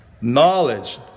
knowledge